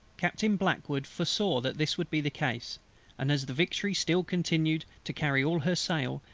captain blackwood foresaw that this would be the case and as the victory still continued to carry all her sail,